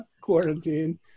quarantine